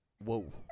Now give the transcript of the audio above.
Whoa